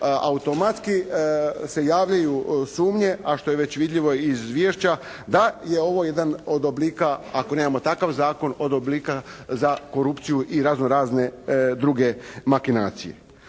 automatski se javljaju sumnje, a što je već vidljivo i iz Izvješća, da je ovo jedan od oblika ako nemamo takav zakon, od oblika za korupciju i razno-razne druge makinacije.